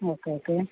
okay okay